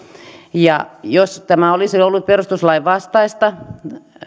ja jos tämä lainsäädäntö olisi ollut perustuslain vastaista